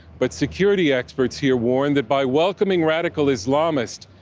but security experts here warn that by welcoming radical islamists,